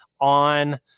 on